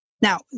Now